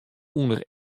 ûnder